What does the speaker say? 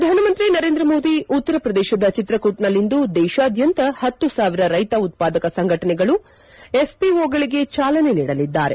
ಪ್ರಧಾನಮಂತ್ರಿ ನರೇಂದ್ರ ಮೋದಿ ಉತ್ತರ ಪ್ರದೇಶದ ಚಿತ್ರಕೂಟ್ನಲ್ಲಿಂದು ದೇಶಾದ್ಯಂತ ಪತ್ತು ಸಾವಿರ ರೈತ ಉತ್ಪಾದಕ ಸಂಘಟನೆಗಳು ಎಫ್ಪಿಒಗಳಿಗೆ ಚಾಲನೆ ನೀಡಲಿದ್ದಾರೆ